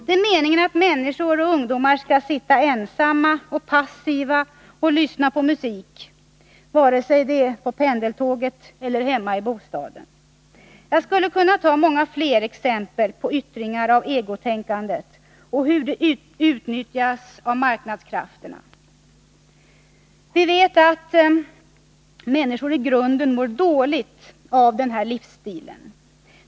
Det är meningen att ungdomar skall sitta ensamma och passiva och lyssna på musik, vare sig det är på pendeltåget eller hemma i bostaden. Jag skulle kunna ta många fler exempel på yttringar av egotänkandet och hur det utnyttjas av marknadskrafterna. Vi vet att många människor i grunden mår dåligt av den här livsstilen.